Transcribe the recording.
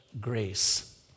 grace